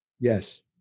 yes